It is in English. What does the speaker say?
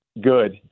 good